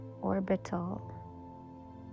orbital